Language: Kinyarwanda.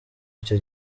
icyo